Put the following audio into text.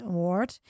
Award